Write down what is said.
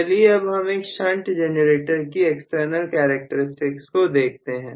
चलिए अब हम एक शंट जनरेटर की एक्सटर्नल करैक्टेरिस्टिक्स को देखते हैं